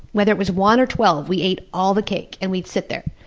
whether it was one or twelve, we'd eat all the cake, and we'd sit there.